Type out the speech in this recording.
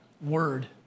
word